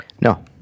No